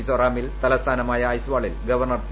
മിസാറാമിൽ തലസ്ഥാനമായ ഐസ്വാളിൽ governor P